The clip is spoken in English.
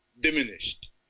diminished